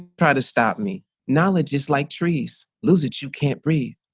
try to stop me, knowledge is like trees, lose it, you can't breathe,